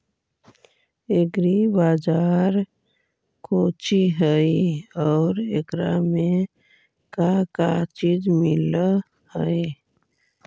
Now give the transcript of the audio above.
Agri बाजार कोची हई और एकरा में का का चीज मिलै हई?